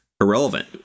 Irrelevant